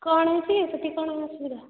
କ'ଣ ହୋଇଛିକି ସେଠି କ'ଣ ଅସୁବିଧା